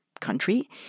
country